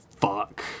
fuck